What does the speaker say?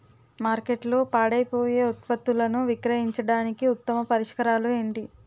మార్కెట్లో పాడైపోయే ఉత్పత్తులను విక్రయించడానికి ఉత్తమ పరిష్కారాలు ఏంటి?